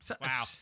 Wow